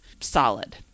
solid